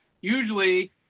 usually